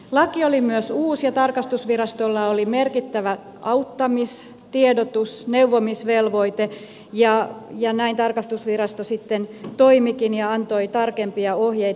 laki oli myös uusi ja tarkastusvirastolla oli merkittävä auttamis tiedotus neuvomisvelvoite ja näin tarkastusvirasto sitten toimikin ja antoi tarkempia ohjeita